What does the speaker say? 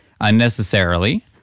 unnecessarily